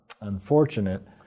unfortunate